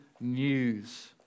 news